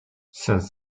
since